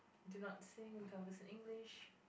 do not sing converse in English